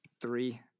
three